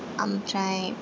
ओमफ्राय